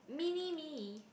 mini me